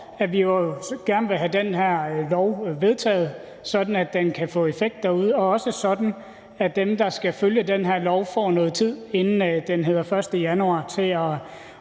at vi jo gerne vil have det her lovforslag vedtaget, sådan at loven kan få effekt derude, og også sådan at dem, der skal følge den her lov, får noget tid inden den 1. januar til at